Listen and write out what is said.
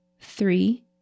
three